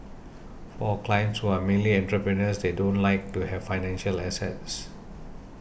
for our clients who are mainly entrepreneurs they don't like to have financial assets